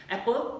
Apple